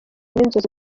n’inzozi